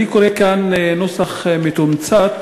אני קורא כאן נוסח מתומצת,